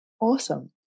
awesome